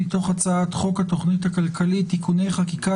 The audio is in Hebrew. מתוך הצעת חוק התוכנית הכלכלית (תיקוני חקיקה